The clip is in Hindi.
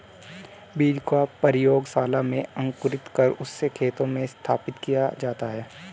बीज को प्रयोगशाला में अंकुरित कर उससे खेतों में स्थापित किया जाता है